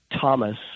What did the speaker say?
Thomas